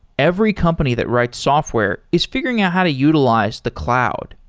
every company that writes software is figuring out how to utilize the cloud.